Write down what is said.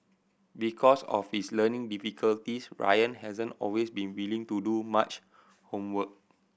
because of his learning difficulties Ryan hasn't always been willing to do much homework